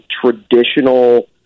traditional